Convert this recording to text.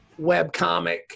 webcomic